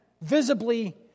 visibly